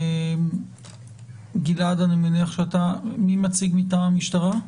מי מציג מטעם המשטרה?